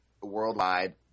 worldwide